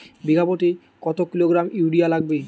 বিঘাপ্রতি কত kilogram urea লাগবে?